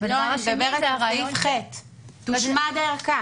--- תושמד הערכה.